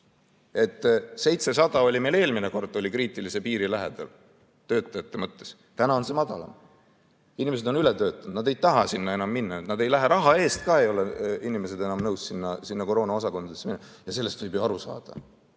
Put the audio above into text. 700 oli meil eelmine kord. Olime kriitilise piiri lähedal töötajate mõttes, täna on see madalamal. Inimesed on ületöötanud, nad ei taha sinna enam minna, nad ei lähe, raha eest ka ei ole inimesed enam nõus koroonaosakondadesse minema. Sellest võib ju aru saada.